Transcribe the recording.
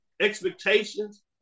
expectations